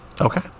Okay